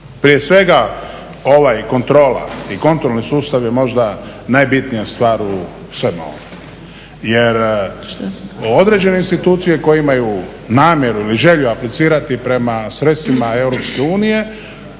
Prije svega kontrola i kontrolni sustav je možda najbitnija stvar u svemu ovom jer određene institucije koje imaju namjeru ili želju aplicirati prema sredstvima